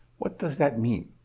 what does that mean?